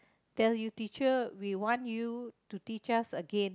tell you teacher we want you to teach us again